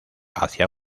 hacia